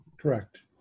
Correct